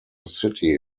city